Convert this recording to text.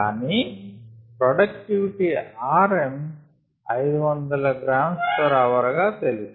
కానీ productivity Rm 500 grams per hour అని తెలుసు